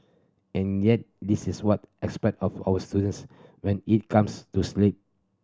and yet this is what expect of our students when it comes to sleep